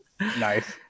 Nice